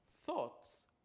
thoughts